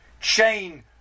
chain